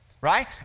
right